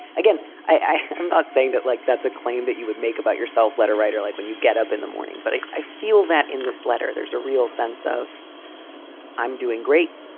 again, i am not saying that. like, that's a claim that you would make about yourself. letter writer, like when you get up in the morning. but i feel that in this letter, there's a real sense of i'm doing great.